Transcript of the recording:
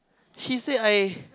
she say I